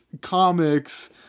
comics